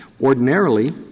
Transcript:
ordinarily